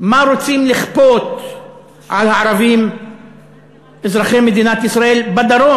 מה רוצים לכפות על הערבים אזרחי מדינת ישראל בדרום,